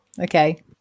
Okay